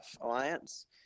Alliance